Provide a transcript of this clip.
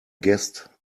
guessed